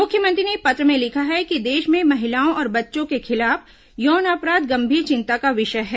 मुख्यमंत्री ने पत्र में लिखा है कि देश में महिलाओं और बच्चों के खिलाफ यौन अपराध गंभीर चिंता का विषय है